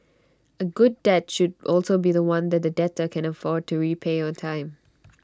A good debt should also be The One that the debtor can afford to repay on time